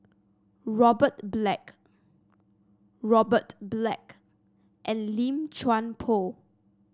Robert Black Robert Black and Lim Chuan Poh